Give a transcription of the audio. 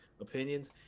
opinions